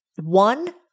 one